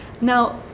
Now